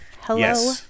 hello